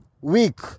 weak